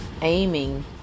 aiming